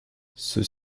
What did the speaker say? ceux